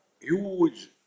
huge